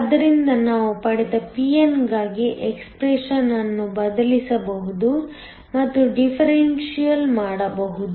ಆದ್ದರಿಂದ ನಾವು ಪಡೆದ p n ಗಾಗಿ ಎಕ್ಸ್ಪ್ರೆಶನ್ ಅನ್ನು ಬದಲಿಸಬಹುದು ಮತ್ತು ಡಿಫರೆನ್ಷಿಯಲ್ ಮಾಡಬಹುದು